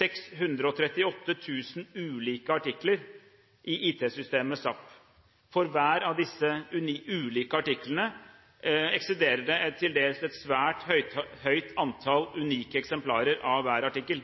638 000 ulike artikler i IT-systemet SAP. For hver av disse ulike artiklene eksisterer det et til dels svært høyt antall unike eksemplarer av hver artikkel.